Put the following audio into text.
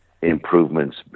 Improvements